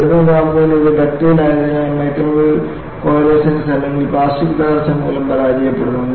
ഉയർന്ന താപനിലയിൽ ഇത് ഡക്റ്റൈൽ ആയതിനാൽ മൈക്രോവോയ്ഡ് കോയലസെൻസ് അല്ലെങ്കിൽ പ്ലാസ്റ്റിക് തകർച്ച മൂലം പരാജയപ്പെടുന്നു